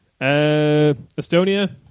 Estonia